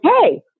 Hey